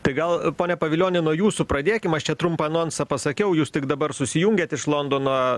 tai gal pone pavilioni nuo jūsų pradėkim aš čia trumpą anonsą pasakiau jūs tik dabar susijungėt iš londono